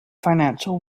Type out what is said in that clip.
financial